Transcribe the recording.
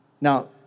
Now